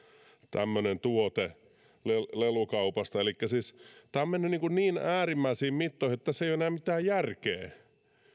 tämmöinen tuote lelukaupasta elikkä tämä on siis mennyt niin äärimmäisiin mittoihin että tässä ei ole enää mitään järkeä